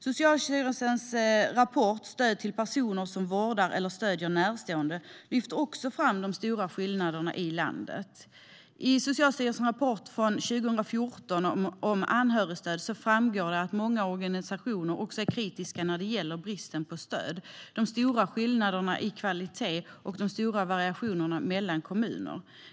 Socialstyrelsens rapport Stöd till personer som vårdar eller stödjer närstående lyfter fram de stora skillnaderna i landet. I Socialstyrelsens rapport från 2014 om anhörigstöd framgår att många organisationer är kritiska när det gäller bristen på stöd, de stora skillnaderna i kvalitet och de stora variationerna mellan kommuner.